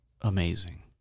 amazing